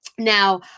Now